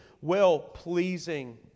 well-pleasing